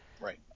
Right